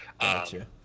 Gotcha